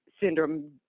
syndrome